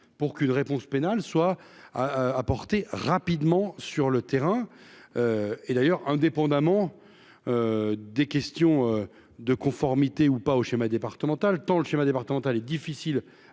pour qu'une réponse pénale soit à apporter rapidement sur le terrain et d'ailleurs, indépendamment des questions de conformité ou pas au schéma départemental tant le schéma départemental et difficile